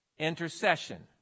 Intercession